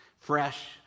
Fresh